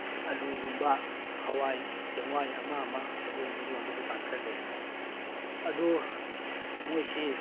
ꯑꯥꯜꯂꯨꯒꯨꯝꯕ ꯍꯋꯥꯏ ꯆꯦꯡꯋꯥꯏ ꯑꯃ ꯑꯃ ꯑꯗꯨꯒꯨꯝꯕ ꯌꯣꯟꯕ ꯗꯨꯀꯥꯟ ꯈꯔ ꯂꯩ ꯑꯗꯨ ꯃꯣꯏꯁꯤ